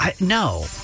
No